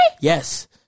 Yes